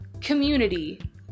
community